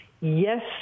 Yes